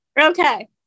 okay